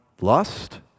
lust